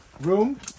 room